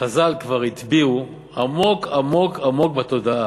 חז"ל כבר הטביעו עמוק עמוק עמוק בתודעה,